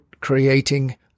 creating